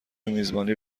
میزبانی